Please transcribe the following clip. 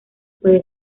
pueda